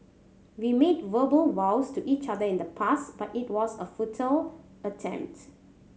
we made verbal vows to each other in the past but it was a futile attempt